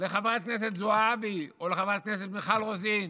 לחברת הכנסת זועבי או לחברת הכנסת מיכל רוזין?